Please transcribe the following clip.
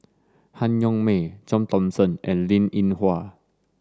Han Yong May John Thomson and Linn In Hua